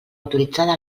autoritzada